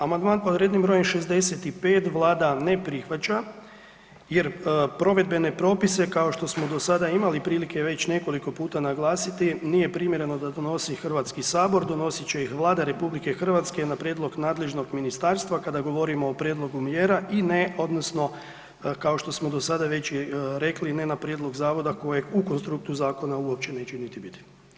Amandman pod rednim br. 65 vlada ne prihvaća jer provedbene propise kao što smo do sada imali prilike već nekoliko puta naglasiti nije primjereno da donosi HS, donosit će ih Vlada RH na prijedlog nadležnog ministarstva kada govorimo o prijedlogu mjera i ne odnosno kao što smo do sada već i rekli, ne na prijedlog zavoda kojeg u konstruktu zakona uopće neće niti biti.